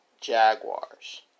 Jaguars